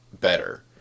better